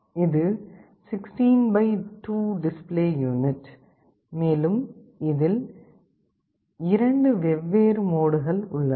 இது 16 x 2 display unit மேலும் இதில் 2 வெவ்வேறு மோடுகள் உள்ளன